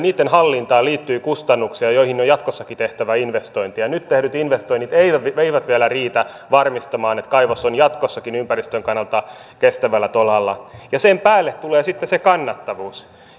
niitten hallintaan liittyy kustannuksia joihin on jatkossakin tehtävä investointeja nyt tehdyt investoinnit eivät vielä riitä varmistamaan että kaivos on jatkossakin ympäristön kannalta kestävällä tolalla ja sen päälle tulee sitten se kannattavuus